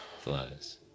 Flies